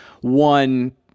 one